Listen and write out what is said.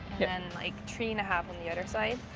yeah and like three and a half on the other side.